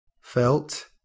felt